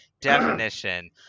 definition